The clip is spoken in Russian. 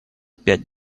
пять